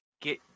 get